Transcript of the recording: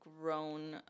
grown